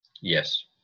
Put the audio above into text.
Yes